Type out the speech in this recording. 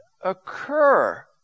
occur